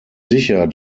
sicher